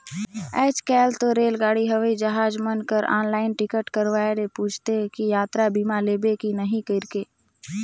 आयज कायल तो रेलगाड़ी हवई जहाज मन कर आनलाईन टिकट करवाये ले पूंछते कि यातरा बीमा लेबे की नही कइरके